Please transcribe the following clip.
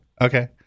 Okay